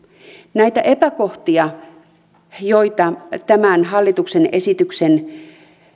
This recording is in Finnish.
näitä epäkohtia tämän hallituksen esityksen